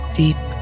deep